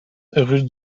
rue